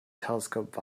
telescope